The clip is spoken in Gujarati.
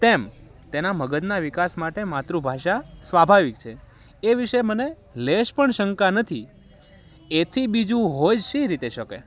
તેમ તેના મગજના વિકાસ માટે માતૃભાષા સ્વાભાવિક છે એ વિશે મને લેશ પણ શંકા નથી એથી બીજું હોય શી રીતે શકે